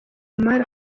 omar